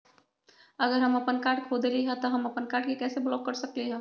अगर हम अपन कार्ड खो देली ह त हम अपन कार्ड के कैसे ब्लॉक कर सकली ह?